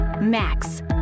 Max